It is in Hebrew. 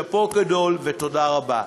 שאפו גדול ותודה רבה.